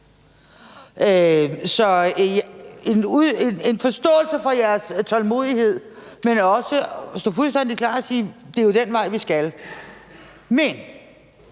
har en forståelse for jeres utålmodighed, men jeg ville også være fuldstændig klar og sige: Det er jo den vej, vi skal. Men